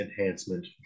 enhancement